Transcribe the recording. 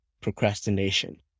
procrastination